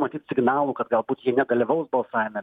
matyt signalų kad galbūt jie nedalyvaus balsavime